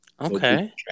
Okay